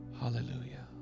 hallelujah